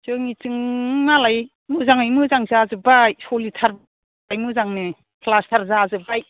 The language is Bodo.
जोंनिथिं मालाय मोजाङै मोजां जाजोब्बाय सोलिथारबाय मोजांनो प्लास्टार जाजोब्बाय